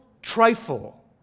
Trifle